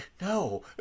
no